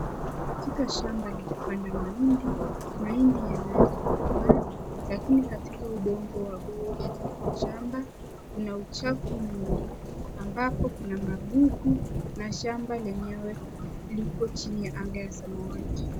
Katika shamba la kupanda mahindi, mahindi yameweza kukomaa lakini katika udongo wa hii shamba kuna uchafu mwingi ambapo kuna magugu na shamba yenyewe iko chini ya anga ya samawati.